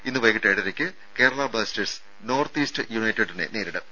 ഇന്ന് വൈകീട്ട് ഏഴരക്ക് കേരള ബ്ലാസ്റ്റേഴ്സ് നോർത്ത് ഈസ്റ്റ് യുണൈറ്റഡിനെ നേരിടും